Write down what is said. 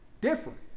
different